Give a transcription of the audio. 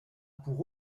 pour